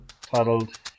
titled